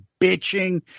bitching